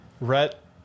Rhett